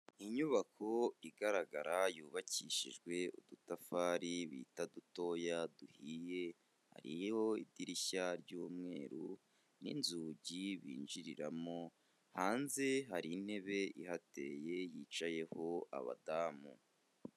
Inyubako igaragara yubakishijwe udutafari bita dutoya duhiye, iriho idirishya ry'umweru n'inzugi binjiriramo, hanze hari intebe ihateye, yicayeho abadamu.